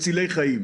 מצילי חיים.